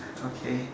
okay